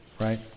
right